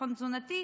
לביטחון תזונתי,